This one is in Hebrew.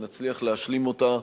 ושנצליח להשלים אותה.